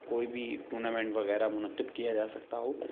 کوئی بھی ٹورنامنٹ وغیرہ منعقد کیا جا سکتا ہو